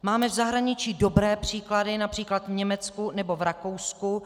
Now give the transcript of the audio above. Máme v zahraničí dobré příklady, například v Německu nebo v Rakousku.